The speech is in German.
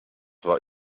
war